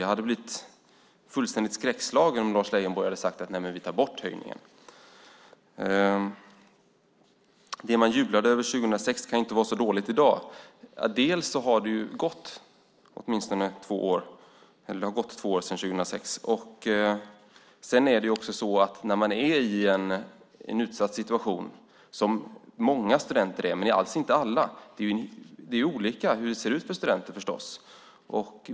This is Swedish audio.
Jag hade blivit fullständigt skräckslagen om Lars Leijonborg hade sagt att man tar bort höjningen. Det som man jublade över 2006 kan ju inte vara så dåligt i dag, sade Lars Leijonborg. Det har ju gått två år. Många studenter är i en utsatt situation, men alls inte alla. Det är naturligtvis olika hur det ser ut för studenter.